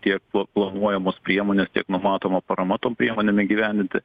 tiek pla planuojamos priemonės tiek numatoma parama tom priemonėm įgyvendinti